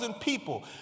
People